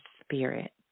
spirit